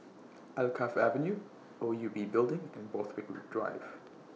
Alkaff Avenue O U B Building and Borthwick Drive